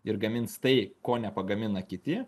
ir gamins tai ko nepagamina kiti